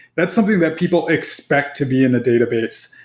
that's something that people expect to be in a database.